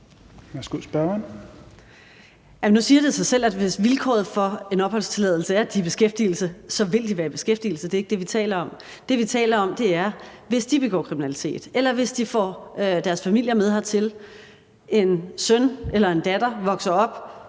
hvis vilkåret for en opholdstilladelse er, at de er i beskæftigelse, så vil de være i beskæftigelse, og det er ikke det, vi taler om. Det, vi taler om, er, at det, hvis de begår kriminalitet, eller hvis de får deres familier med hertil og en søn eller en datter vokser op